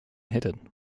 hidden